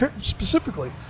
specifically